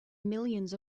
millions